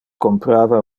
comprava